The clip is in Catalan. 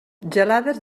gelades